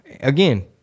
Again